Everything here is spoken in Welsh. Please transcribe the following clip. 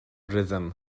rhythm